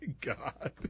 God